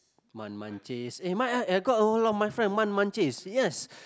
eh might ah I got a lot of my friend yes